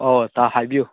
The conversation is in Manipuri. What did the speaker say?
ꯑꯣ ꯇꯥ ꯍꯥꯏꯕꯤꯌꯨ